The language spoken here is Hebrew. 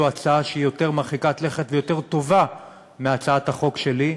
יותר מרחיקת לכת ויותר טובה מהצעת החוק שלי,